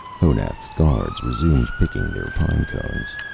honath's guards resumed picking their pine-cones.